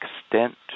extent